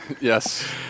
Yes